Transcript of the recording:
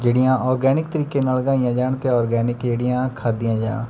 ਜਿਹੜੀਆਂ ਔਰਗੈਨਿਕ ਤਰੀਕੇ ਨਾਲ ਉਗਾਈਆਂ ਜਾਣ ਕਿ ਔਰਗੈਨਿਕ ਜਿਹੜੀਆਂ ਖਾਧੀਆਂ ਜਾਣ